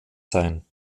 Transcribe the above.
sein